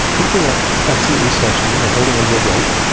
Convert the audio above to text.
people are absolutely stationary, they're holding onto a rope,